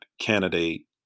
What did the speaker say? candidate